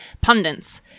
Pundits